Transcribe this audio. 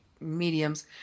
mediums